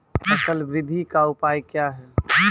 फसल बृद्धि का उपाय क्या हैं?